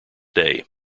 day